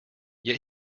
yet